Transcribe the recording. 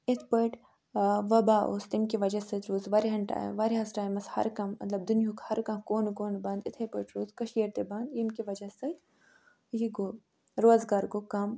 یِتھ پٲٹھۍ وبا اوس تَمہِ کہِ وجہ سۭتۍ روٗز واریاہَن واریاہَس ٹایمَس ہر کانٛہہ مطلب دُنہیُک ہر کانٛہہ کوٗنہٕ کوٗنہٕ بَنٛد یِتھَے پٲٹھۍ روٗز کٔشیٖر تہِ بَنٛد ییٚمہِ کہِ وَجہ سۭتۍ یہِ گوٚو روزگار گوٚو کَم